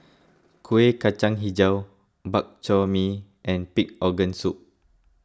Kueh Kacang HiJau Bak Chor Mee and Pig Organ Soup